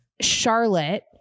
Charlotte